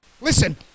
Listen